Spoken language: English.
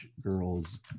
Girls